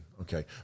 Okay